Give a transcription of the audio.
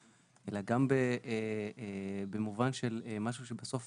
אלא גם במובן של משהו שבסוף,